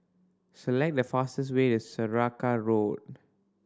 select the fastest way to Saraca Road